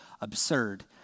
absurd